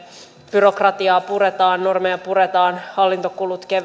byrokratiaa puretaan normeja puretaan hallintokulut